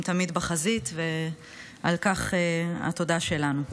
הם תמיד בחזית, ועל כך התודה שלנו.